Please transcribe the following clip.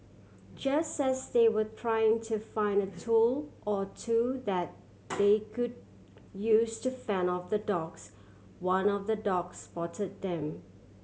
just as they were trying to find a tool or two that they could use to fend off the dogs one of the dogs spot them